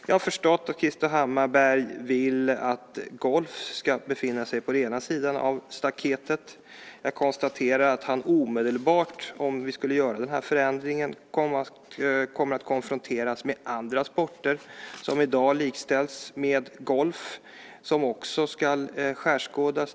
Jag har förstått att Krister Hammarbergh vill att golf ska befinna sig på den ena sidan av staketet. Jag konstaterar att han omedelbart, om vi skulle göra denna förändring, kommer att konfrontera oss med andra sporter som i dag likställs med golf och som också ska skärskådas.